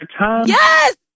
Yes